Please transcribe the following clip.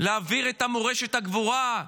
להעביר את מורשת הגבורה.